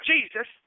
Jesus